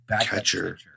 Catcher